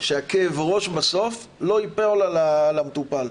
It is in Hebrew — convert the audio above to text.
שהכאב ראש בסוף לא יפול על המטופל.